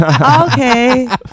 Okay